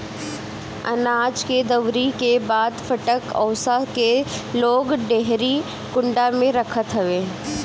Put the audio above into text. अनाज के दवरी के बाद फटक ओसा के लोग डेहरी कुंडा में रखत हवे